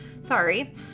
Sorry